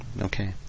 Okay